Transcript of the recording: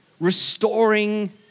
restoring